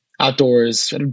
outdoors